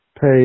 pay